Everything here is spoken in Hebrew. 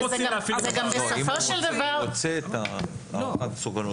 הוא רוצה הערכת מסוכנות.